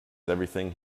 everything